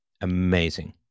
amazing